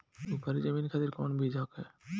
उपरी जमीन खातिर कौन बीज होखे?